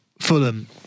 Fulham